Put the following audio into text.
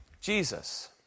Jesus